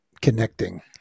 connecting